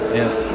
Yes